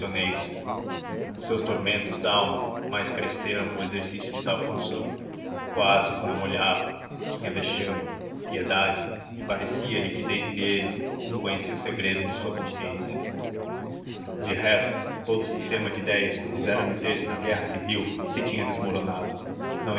os seus tormentos dalma mais cresceram com o exercício de tal função quase os não olhava tinha vexame piedade e parecia-lhe que dentre eles um conhecia o segredo de sua consciência de resto todo o sistema de idéias que o fizera meter-se na guerra civil se tinha desmoronado não